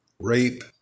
rape